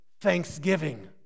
thanksgiving